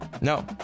No